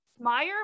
Meyer